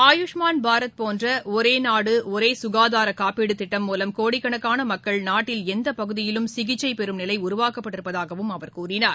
ஆயுஷ்மான் பாரத் போன்ற ஒரே நாடு ஒரே ககாதார காப்பீடு திட்டம் மூலம் கோடிக்கணக்கான மக்கள் நாட்டில் எந்த பகுதியிலும் சிகிச்சை பெறும் நிலை உருவாக்கப்பட்டிருப்பதாகவும் அவர் கூறினார்